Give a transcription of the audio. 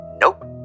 Nope